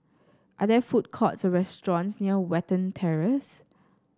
are there food courts or restaurants near Watten Terrace